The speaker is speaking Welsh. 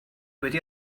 wedi